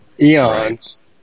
eons